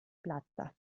plata